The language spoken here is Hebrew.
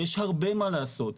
יש הרבה מה לעשות,